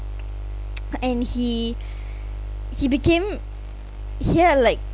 and he he became he had like